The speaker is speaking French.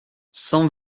cent